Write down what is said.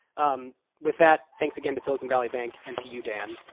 um with that, thanks again to silicon valley bank and to you, dan.